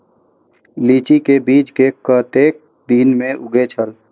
लीची के बीज कै कतेक दिन में उगे छल?